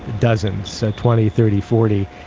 dozens, so twenty, thirty, forty,